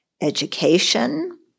education